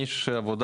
אני איש עבודה,